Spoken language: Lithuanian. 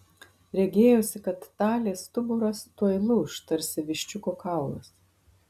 regėjosi kad talės stuburas tuoj lūš tarsi viščiuko kaulas